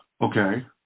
Okay